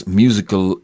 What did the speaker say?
musical